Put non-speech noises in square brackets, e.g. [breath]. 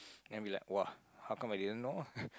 [breath] then I be like [wah] how come I didn't know [laughs]